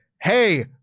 hey